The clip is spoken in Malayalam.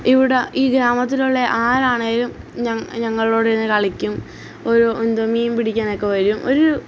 ഇവിടെ ഈ ഗ്രാമത്തിലുള്ള ആരാണെങ്കിലും ഞങ് ഞങ്ങളോടിരുന്നു കളിക്കും ഒരു എന്ത് മീൻ പിടിക്കാനൊക്കെ വരും ഒരു